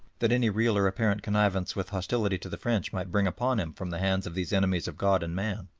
that any real or apparent connivance with hostility to the french might bring upon him from the hands of these enemies of god and man,